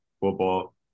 football